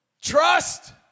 trust